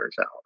out